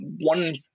one